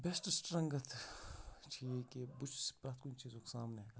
best strength ٹھیٖک کہِ بہٕ چھُس پرٛٮ۪تھ کُنہِ چیٖزُک سامنہٕ ہٮ۪کان کٔرِتھ